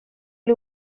his